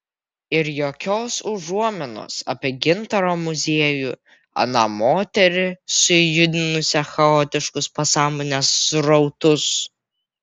ir jokios užuominos apie gintaro muziejų aną moterį sujudinusią chaotiškus pasąmonės srautus